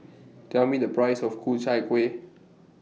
Tell Me The Price of Ku Chai Kueh